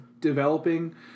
developing